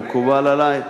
מקובל עלי.